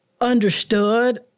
understood